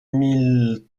mille